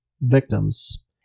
victims